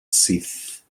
syth